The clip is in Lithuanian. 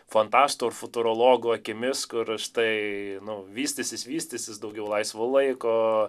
fantastų ar futurologų akimis kur aš tai žinau vystysis vystysis daugiau laisvo laiko